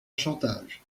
chantage